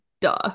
duh